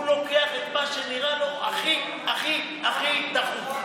הוא לוקח מה שנראה הכי הכי הכי דחוף.